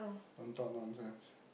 don't talk nonsense